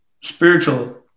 spiritual